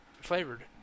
flavored